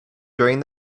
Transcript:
during